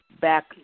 back